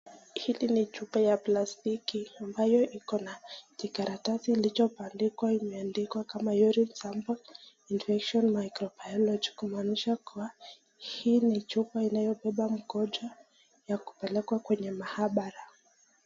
Hili ni chupa ya plastic ambayo iko na kikaratasi iliyobandikwa imeandikwa kama urine sample , infection microbiology , kumaanisha kuwa hii ni chupa inayobeba mkojo ya kupelekwa kwenye maabara.